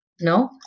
No